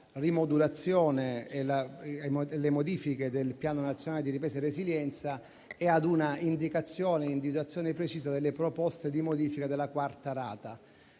rimodulazione e alle modifiche del Piano nazionale di ripresa e resilienza e a una indicazione precisa delle proposte di modifica relative alla quarta rata.